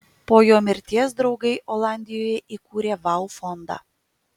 po jo mirties draugai olandijoje įkūrė vau fondą